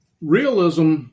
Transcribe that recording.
Realism